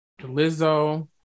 Lizzo